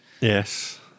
Yes